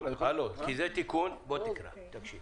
שתהיה